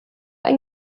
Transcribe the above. ein